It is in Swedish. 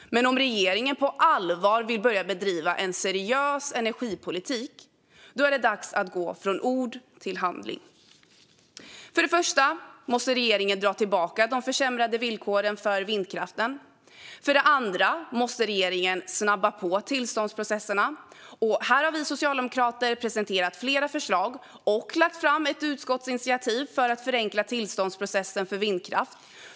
Men om regeringen på allvar vill börja bedriva en seriös energipolitik är det dags att gå från ord till handling. För det första måste regeringen dra tillbaka de försämrade villkoren för vindkraften. För det andra måste regeringen snabba på tillståndsprocesserna. Och här har vi socialdemokrater presenterat flera förslag och lagt fram ett utskottsinitiativ för att förenkla tillståndsprocessen för vindkraft.